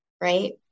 Right